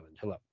hello